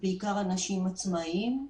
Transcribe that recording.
זה בעיקר אנשים עצמאים,